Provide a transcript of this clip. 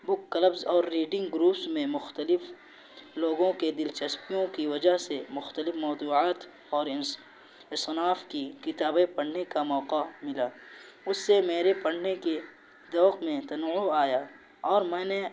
بک clubs اور reading groups میں مختلف لوگوں کے دلچسپیوں کی وجہ سے مختلف موضوعات اور اصناف کی کتابیں پڑھنے کا موقع ملا اس سے میرے پڑھنے کی ذوق میں تنوع آیا اور میں نے